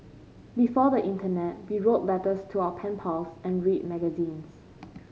before the internet we wrote letters to our pen pals and read magazines